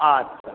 अच्छा